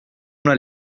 una